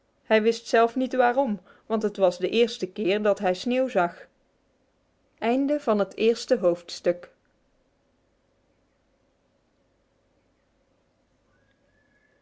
hij wist zelf niet waarom want het was de eerste keer dat hij sneeuw zag